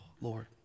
Lord